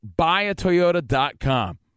buyatoyota.com